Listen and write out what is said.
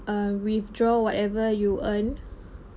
uh withdraw whatever you earn